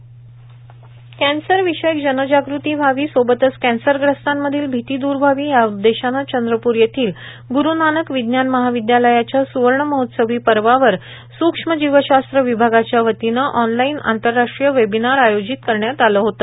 webinar cancer विषयक जनजागृती व्हावी सोबतच कॅन्सरग्रस्तांमधील भिती दूर व्हावी या उद्देशाने चंद्रप्र येथील ग्रू नानक विज्ञान महाविद्यालयाच्या स्वर्णमहोत्सवी पर्वावर स्क्ष्मजीवशास्त्र विभागाच्या वतीने आॅनलाईन आंतरराष्ट्रीय वेबिनार आयोजित करण्यात आले होते